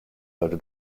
sollte